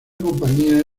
compañía